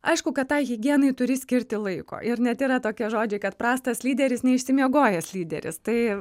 aišku kad tai higienai turi skirti laiko ir net yra tokie žodžiai kad prastas lyderis neišsimiegojęs lyderis tai